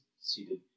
seated